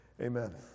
Amen